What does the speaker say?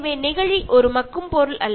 plastic ഒരു ജീർണിക്കുന്ന വസ്തുവല്ല